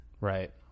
right